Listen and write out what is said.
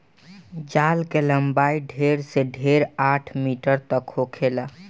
जाल के लम्बाई ढेर से ढेर आठ मीटर तक होखेला